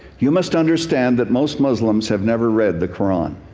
you must understand that most muslims have never read the quran.